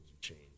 change